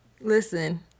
listen